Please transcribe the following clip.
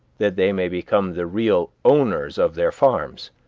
that they may become the real owners of their farms,